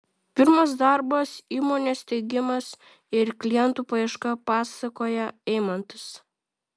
pirmas darbas įmonės steigimas ir klientų paieška pasakoja eimantas